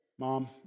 Mom